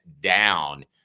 down